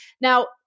Now